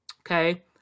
Okay